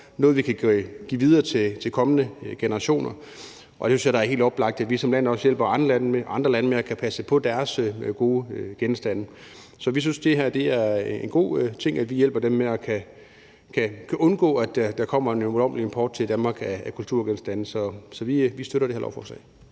noget, vi kan give videre til kommende generationer, og jeg synes, det er helt oplagt, at vi som land også hjælper andre lande med at kunne passe på deres gode genstande. Så vi synes, det er en god ting, at vi hjælper dem med at kunne undgå, at der kommer en ulovlig import til Danmark af kulturgenstande. Så vi støtter det her lovforslag.